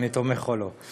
אם אני תומך או לא.